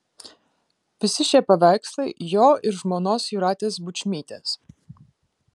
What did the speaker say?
visi šie paveikslai jo ir žmonos jūratės bučmytės